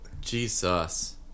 Jesus